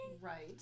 Right